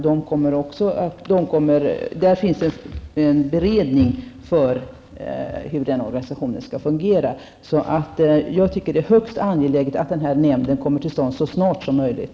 Det finns en beredning i det sammanhanget när det gäller detta med hur organisationen skall fungera. Jag tycker alltså att det är högst angeläget att den här nämnden kommer till stånd så snart som möjligt.